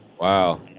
wow